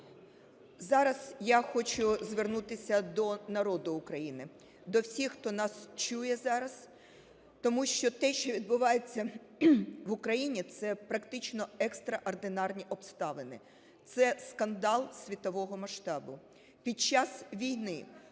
Зараз я хочу звернутися до народу України, до всіх, хто нас чує зараз, тому що те, що відбувається в Україні, це практично екстраординарні обставини, це скандал світового масштабу. Під час війни,